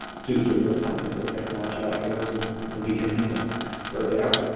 students are really comfortable with technology outdoors and we can meet them where they are.